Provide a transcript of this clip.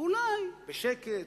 ואולי בשקט,